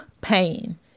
pain